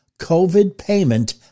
COVIDpayment